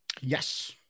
Yes